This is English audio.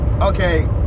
Okay